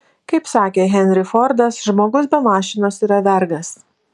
kaip sakė henry fordas žmogus be mašinos yra vergas